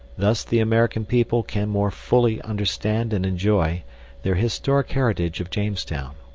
thus the american people can more fully understand and enjoy their historic heritage of jamestown.